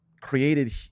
created